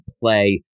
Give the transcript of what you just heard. play